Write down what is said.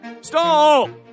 Stop